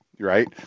right